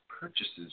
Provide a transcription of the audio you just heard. purchases